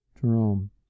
Jerome